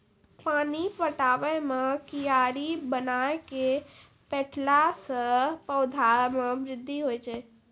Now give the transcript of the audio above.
पानी पटाबै मे कियारी बनाय कै पठैला से पौधा मे बृद्धि होय छै?